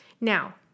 now